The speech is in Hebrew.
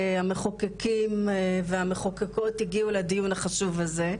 המחוקקים והמחוקקות הגיעו לדיון החשוב הזה,